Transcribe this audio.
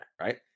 right